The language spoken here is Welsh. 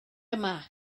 yma